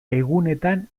egunetan